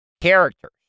characters